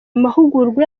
amahugurwa